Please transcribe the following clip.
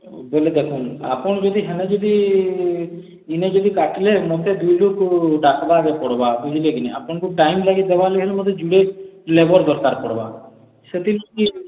ବୋଲେ ଦେଖନ୍ତୁ ଆପଣ ଯଦି ସେନ ଯଦି ଇନ ଯଦି କାଟିଲେ ମୋତେ ଦୁଇ ଲୋକ୍କୁ ଡାକ୍ବାକେ ପଡ଼୍ବା ବୁଝିଲେ କି ନାଇଁ ଆପଣଙ୍କୁ ଟାଇମ୍ ଲାଗି ଦେବାର ହେଲେ ଜୁଡ଼େ ଲେବର୍ ଦରକାର୍ ପଡ଼୍ବା ସେଥିଲାଗି